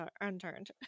unturned